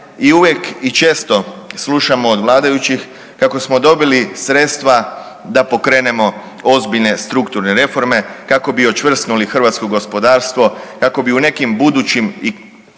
I uvijek i često slušamo od vladajućih kako smo dobili sredstva da pokrenemo ozbiljne strukturne reforme kako bi očvrsnuli hrvatsko gospodarstvo, kako bi u nekim budućim krizama